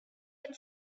had